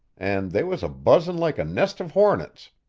and they was a-buzzin' like a nest of hornets.